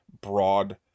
broad